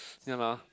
ya loh